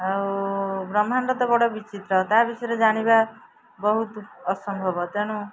ଆଉ ବ୍ରହ୍ମାଣ୍ଡ ତ ବଡ଼ ବିଚିତ୍ର ତା' ବିଷୟରେ ଜାଣିବା ବହୁତ ଅସମ୍ଭବ ତେଣୁ